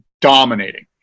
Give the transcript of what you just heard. dominating